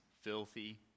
filthy